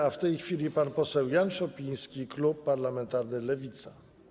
A w tej chwili pan poseł Jan Szopiński, klub parlamentarny Lewica.